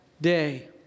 day